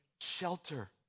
shelter